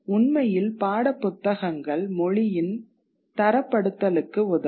உண்மையில் பாடப்புத்தகங்கள் மொழியின் தரப்படுத்தலுக்கு உதவும்